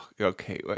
okay